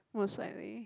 most likely